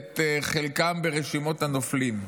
את חלקם ברשימות הנופלים,